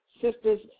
Sisters